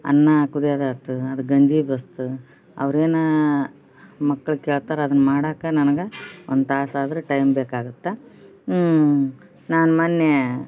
ಅನ್ನ ಕುದಿಯೋದಾತು ಅದು ಗಂಜಿ ಬಸ್ದು ಅವ್ರೇನು ಮಕ್ಕಳು ಕೇಳ್ತಾರೆ ಅದನ್ನು ಮಾಡಕ್ಕ ನನ್ಗೆ ಒಂದು ತಾಸು ಆದರೂ ಟೈಮ್ ಬೇಕಾಗತ್ತೆ ನಾನು ಮೊನ್ನೆ